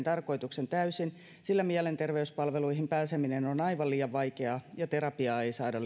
tarkoituksen täysin sillä mielenterveyspalveluihin pääseminen on aivan liian vaikeaa ja terapiaa ei saada